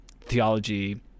theology